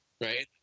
right